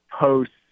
posts